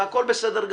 הכול בסדר.